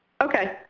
Okay